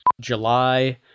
July